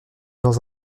dans